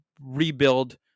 rebuild